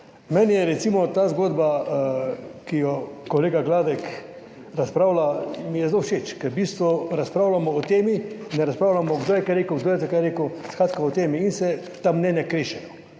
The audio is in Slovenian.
Meni je recimo ta zgodba, ki jo kolega Gladek razpravlja, mi je zelo všeč, ker v bistvu razpravljamo o temi, ne razpravljamo kdo je kaj rekel, kdo je za kaj rekel, skratka o temi in se ta mnenja krešejo.